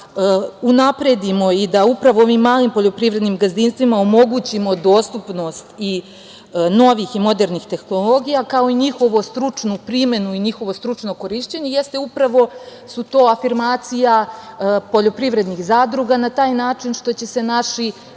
da unapredimo i da upravo malim poljoprivrednim gazdinstvima omogućimo dostupnost i novih i modernih tehnologija, kao i njihovu stručnu primenu i njihovo stručno korišćenje su upravo afirmacija poljoprivrednih zadruga na taj način što će se naši